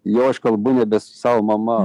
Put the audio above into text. jau aš kalbu nebe su savo mama